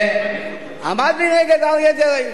עמד מנגד אריה דרעי.